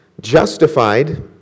justified